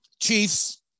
Chiefs